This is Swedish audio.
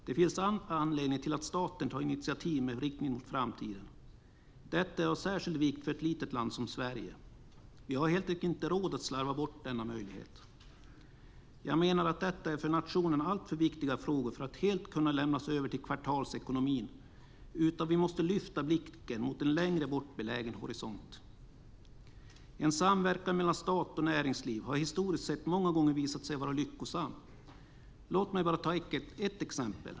Det finns all anledning för staten att ta initiativ med riktning mot framtiden. Detta är av särskild vikt för ett litet land som Sverige. Vi har helt enkelt inte råd att slarva bort denna möjlighet. Jag menar att detta är för nationen alltför viktiga frågor för att helt kunna lämnas över till kvartalsekonomin. Vi måste lyfta blicken mot en längre bort belägen horisont. En samverkan mellan stat och näringsliv har historiskt sett många gånger visat sig vara lyckosam. Låt mig bara ta ett exempel.